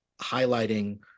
highlighting